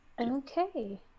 Okay